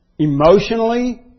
Emotionally